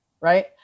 right